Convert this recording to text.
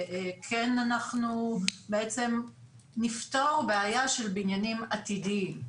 וכן אנחנו בעצם נפתור בעיה של בניינים עתידיים.